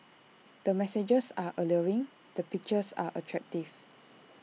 the messages are alluring the pictures are attractive